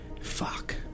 fuck